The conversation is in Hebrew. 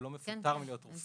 הוא לא מפוטר מלהיות רופא.